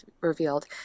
revealed